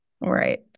right